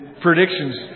predictions